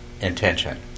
intention